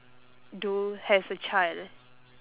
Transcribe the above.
do a child